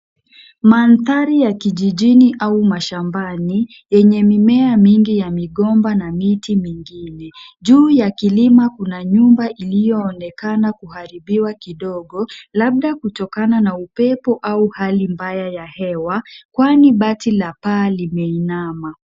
Mandhari ya kijijini au mashambani, yenye mimea mingi ya migomba na miti mingine. Juu ya kilima kuna nyumba iliyoonekana kuharibiwa kidogo, labda kutokana na upepo au hali mbaya ya hewa, kwani bati la paa limeinama.